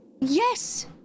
Yes